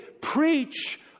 Preach